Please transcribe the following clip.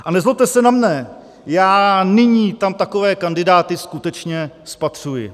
A nezlobte se na mne, já nyní tam takové kandidáty skutečně spatřuji.